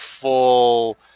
full